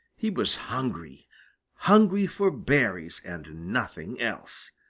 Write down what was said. he was hungry hungry for berries and nothing else.